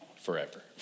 forever